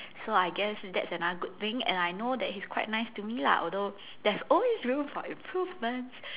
so I guess that's another good thing and I know that he's quite nice to me lah although there's always room for improvement